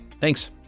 Thanks